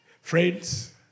Friends